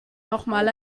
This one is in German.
nochmal